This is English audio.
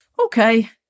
okay